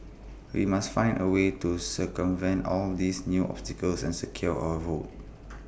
we must find A way to circumvent all these new obstacles and secure our votes